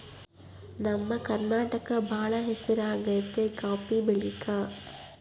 ನಮ್ಮ ಕರ್ನಾಟಕ ಬಾಳ ಹೆಸರಾಗೆತೆ ಕಾಪಿ ಬೆಳೆಕ